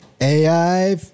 AI